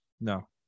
No